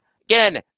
Again